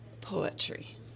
poetry